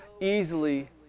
easily